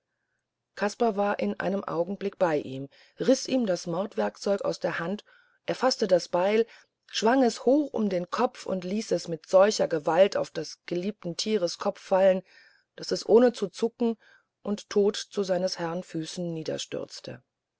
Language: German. kaspar war in einem augenblick bei ihm riß ihm das mordwerkzeug aus der hand er faßte das beil schwang es hoch um den kopf und ließ es mit solcher gewalt auf des geliebten tieres kopf fallen daß es ohne zu zucken und tot zu seines herrn füße niederstürzte